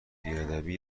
بیادبی